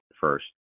first